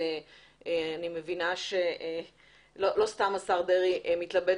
אני מבינה שלא סתם השר דרעי מתלבט